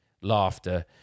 laughter